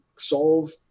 solve